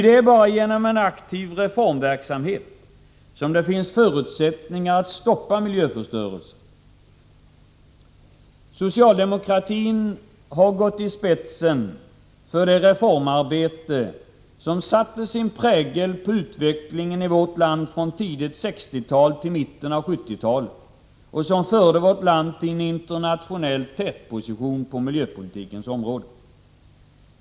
Det är bara genom en aktiv reformverksamhet som det finns förutsättningar att stoppa miljöförstörelsen. Socialdemokratin har gått i spetsen för det reformarbete som satte sin 53 prägel på utvecklingen i vårt land från tidigt 60-tal till mitten av 1970-talet och som förde vårt land till en internationell tätposition på miljöpolitikens område.